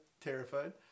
terrified